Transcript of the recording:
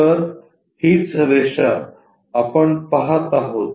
तर हीच रेषा आपण पहात आहोत